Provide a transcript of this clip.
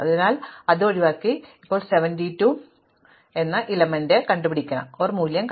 അതിനാൽ ഞാൻ അത് ഒഴിവാക്കി ഇപ്പോൾ ഞാൻ 72 എന്ന മൂല്യത്തിലെത്തി